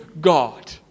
God